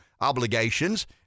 obligations